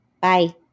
Bye